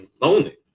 lonely